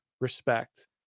respect